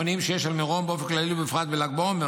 שיש על מירון באופן כללי ובפרט בל"ג בעומר,